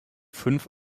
fünf